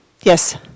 Yes